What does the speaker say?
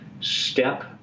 step